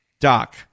Doc